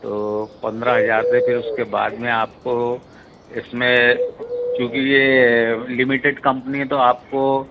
तो पंद्रह हजार से फिर उसके बाद में आपको इसमें चूँकि ये लिमिटेड कंपनी है तो आपको